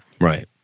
Right